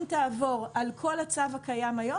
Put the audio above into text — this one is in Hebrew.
אם תעבור על כל הצו הקיים היום,